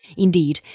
indeed,